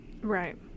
Right